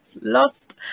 lost